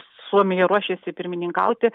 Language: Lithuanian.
suomija ruošiasi pirmininkauti